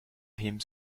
hymns